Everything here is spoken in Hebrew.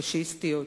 פאשיסטיות.